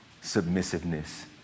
submissiveness